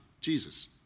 Jesus